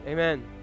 Amen